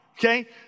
Okay